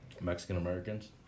Mexican-Americans